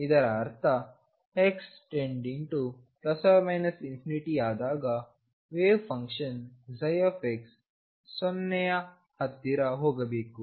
ಇದರ ಅರ್ಥx→±∞ಆದಾಗ wave function x 0 ಯ ಹತ್ತಿರ ಹೋಗಬೇಕು